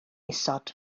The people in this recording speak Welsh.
isod